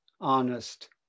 honest